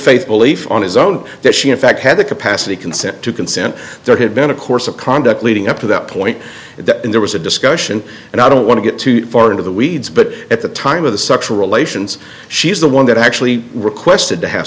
faith belief on his own that she in fact had the capacity consent to consent there had been a course of conduct leading up to that point that there was a discussion and i don't want to get too far into the weeds but at the time of the sexual relations she's the one that actually requested to have